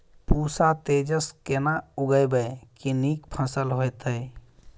पूसा तेजस केना उगैबे की नीक फसल हेतइ?